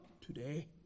Today